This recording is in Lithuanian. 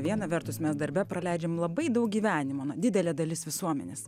viena vertus mes darbe praleidžiam labai daug gyvenimo na didelė dalis visuomenės